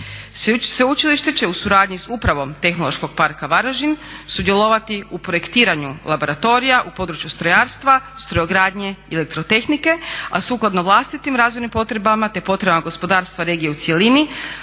Sveučilište će u suradnji sa upravom Tehnološkog parka Varaždin sudjelovati u projektiranju laboratorija u području strojarstva, strojogradnje i elektrotehnike, a sukladno vlastitim razvojnim potrebama, te potrebama gospodarstva regije u cjelini